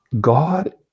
God